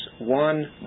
one